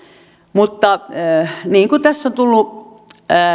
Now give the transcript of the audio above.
mutta niin kuin tässä on tullut